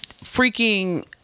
freaking